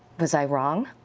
was i wrong?